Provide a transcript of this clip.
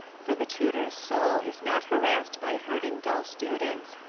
for the tutor's soul is not harassed by herding dull students,